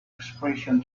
expression